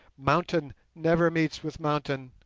mountain never meets with mountain,